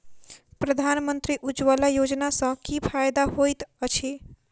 प्रधानमंत्री उज्जवला योजना सँ की फायदा होइत अछि?